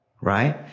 right